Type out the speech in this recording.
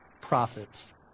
profits